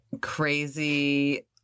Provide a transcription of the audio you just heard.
crazy